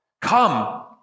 come